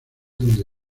donde